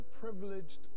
privileged